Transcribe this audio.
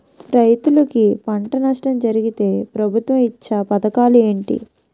రైతులుకి పంట నష్టం జరిగితే ప్రభుత్వం ఇచ్చా పథకాలు ఏంటి?